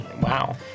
wow